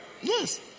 Yes